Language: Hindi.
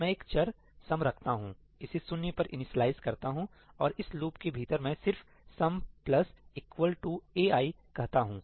मैं एक चर sum रखता हूं इसे शून्य पर इनीशिएलाइज् करता हूं और इस लूप के भीतर मैं सिर्फ 'sum plus equal to ai' कहता हूं